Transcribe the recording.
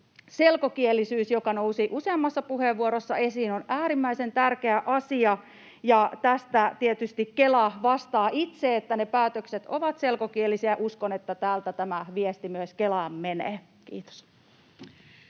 selkokielisyys, joka nousi useammassa puheenvuorossa esiin, on äärimmäisen tärkeä asia. Tästä tietysti Kela vastaa itse, että ne päätökset ovat selkokielisiä, ja uskon, että täältä tämä viesti myös menee Kelaan. — Kiitos.